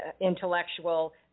intellectual